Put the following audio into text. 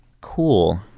cool